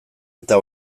eta